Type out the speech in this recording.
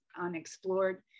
unexplored